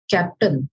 Captain